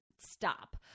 stop